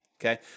okay